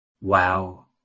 Wow